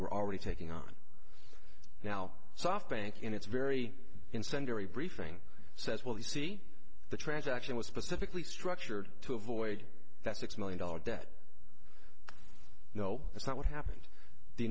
we're already taking on now soft bank and it's very incendiary briefing says will you see the transaction was specifically structured to avoid that six million dollars debt no that's not what happened the